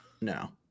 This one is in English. No